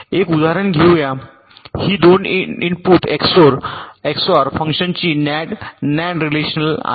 एक उदाहरण घेऊ या ही 2 इनपुट एक्सओआर फंक्शनची नॅन्ड रीलिझेशन आहे